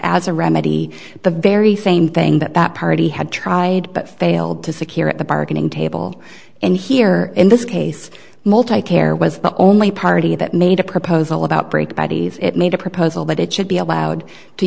as a remedy the very same thing that that party had tried but failed to secure at the bargaining table and here in this case multi character was the only party that made a proposal about break bodies it made a proposal that it should be allowed to